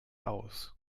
aus